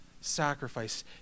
sacrifice